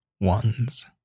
ones